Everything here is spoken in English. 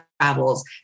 travels